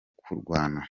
kurwana